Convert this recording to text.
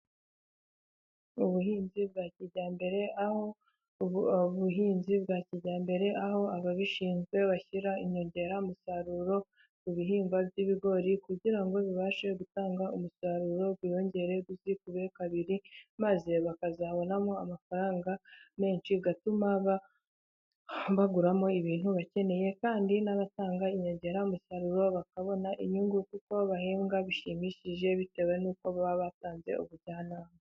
Ubuhinzi bwa kijyambere, aho ababishinzwe bashyira inyongeramusaruro ku bihingwa by'ibigori, kugira ngo bibashe gutanga umusaruro, wiyongere wikube kabiri, maze bakazabonamo amafaranga menshi bigatuma ba baguramo ibintu bakeneye, kandi n'abatanga inyongera umusaruro bakabona inyungu, kuko bahembwa bishimishije bitewe n'uko baba batanze ubujyanama.